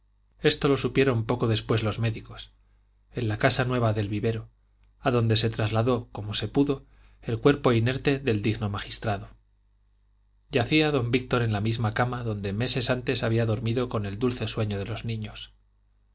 esto lo supieron poco después los médicos en la casa nueva del vivero adonde se trasladó como se pudo el cuerpo inerte del digno magistrado yacía don víctor en la misma cama donde meses antes había dormido con el dulce sueño de los niños